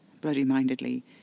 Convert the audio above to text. Bloody-mindedly